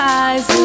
eyes